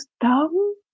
dumb